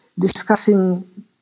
discussing